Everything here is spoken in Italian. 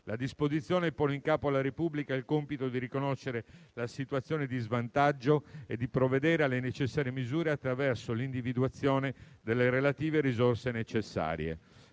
La disposizione pone in capo alla Repubblica il compito di riconoscere la situazione di svantaggio e di provvedere alle necessarie misure attraverso l'individuazione delle relative risorse necessarie.